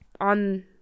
on